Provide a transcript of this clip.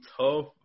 tough